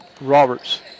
Roberts